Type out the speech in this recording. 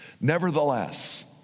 Nevertheless